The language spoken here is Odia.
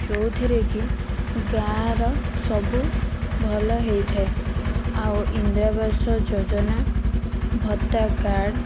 ଯେଉଁଥିରେ କି ଗାଁର ସବୁ ଭଲ ହୋଇଥାଏ ଆଉ ଇନ୍ଦିରା ଆବାସ ଯୋଜନା ଭତ୍ତା କାର୍ଡ଼